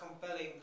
compelling